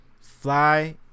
Fly